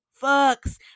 fucks